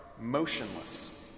motionless